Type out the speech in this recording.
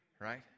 right